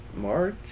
March